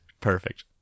Perfect